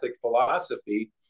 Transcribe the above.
philosophy